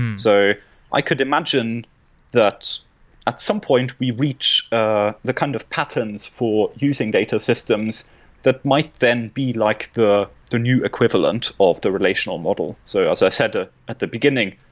and so i could imagine that at some point we reach ah the kind of patterns for using data systems that might then be like the the new equivalent of the relational model so as i said ah at the beginning,